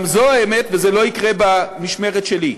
גם זו האמת, וזה לא יקרה במשמרת שלי".